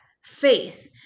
faith